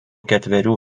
ketverių